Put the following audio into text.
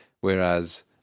whereas